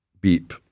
beep